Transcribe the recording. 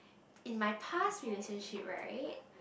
in my past relationship right